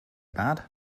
bad